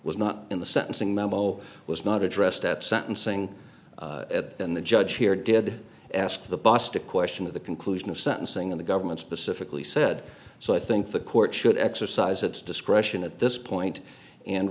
was not in the sentencing memo was not addressed at sentencing and the judge here did ask the boss to question of the conclusion of sentencing in the government specifically said so i think the court should exercise its discretion at this point and